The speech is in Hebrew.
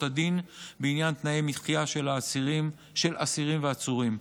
הדין בעניין תנאי מחיה של אסירים ועצורים.